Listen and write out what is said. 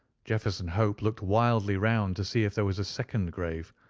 jefferson hope looked wildly round to see if there was a second grave,